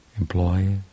employ